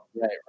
right